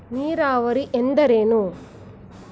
ನೀರಾವರಿ ಎಂದರೇನು?